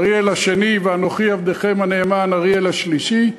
אריאל השני ואנוכי, עבדכם הנאמן, אריאל השלישי,